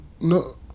No